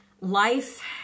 Life